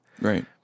Right